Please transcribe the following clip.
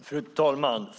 Fru talman!